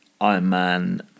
Ironman